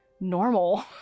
normal